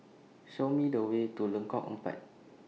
Show Me The Way to Lengkok Empat